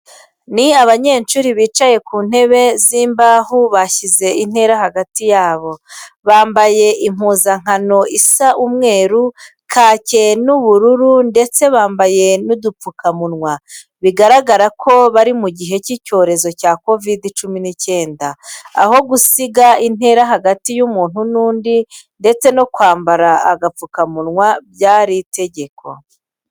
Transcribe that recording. Ni abanyeshuri bicaye ku ntebe z'imbaho bashyize intera hagati yabo, bambaye impuzankano isa umweru, kake n'ubururu ndetse bambaye n'udupfukamunwa. Biragaragara ko bari mu gihe cy'icyorezo cya Kovide cumi n'icyenda, aho gusiga intera hagati y'umuntu n'undi ndetse no kwambara agapfukamunwa byari itegeko.